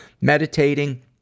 meditating